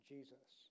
Jesus